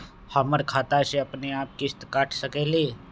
हमर खाता से अपनेआप किस्त काट सकेली?